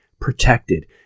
protected